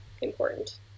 important